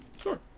Sure